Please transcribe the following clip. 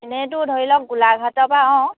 এনেইতো ধৰি লওক গোলাঘাটৰ পৰা অঁ